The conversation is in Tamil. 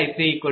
006 j0